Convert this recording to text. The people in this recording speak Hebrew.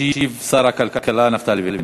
ישיב שר הכלכלה נפתלי בנט.